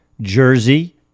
jersey